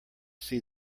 see